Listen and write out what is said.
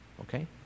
Okay